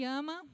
ama